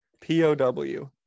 P-O-W